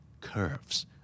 curves